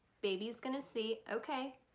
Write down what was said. baby is gonna see okay,